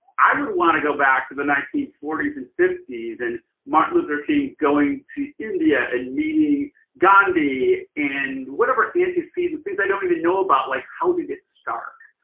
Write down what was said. i would want to go back to the nineteen forty s and fifty s and martin luther king going to india and meeting gandhi and whatever antecedents, things i don't even know about, like how did it start.